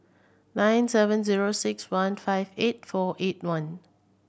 nine seven zero six one five eight four eight one